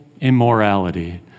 immorality